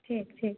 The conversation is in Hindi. ठीक ठीक